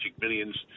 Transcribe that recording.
Millions